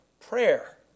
prayer